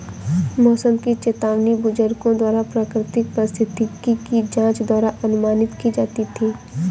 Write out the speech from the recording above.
मौसम की चेतावनी बुजुर्गों द्वारा प्राकृतिक परिस्थिति की जांच द्वारा अनुमानित की जाती थी